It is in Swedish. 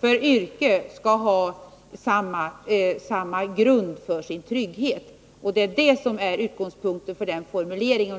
vilket yrke de har, skall ha samma grund för sin trygghet. Det är detta som är utgångspunkten för formuleringen.